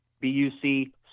B-U-C